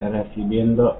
recibiendo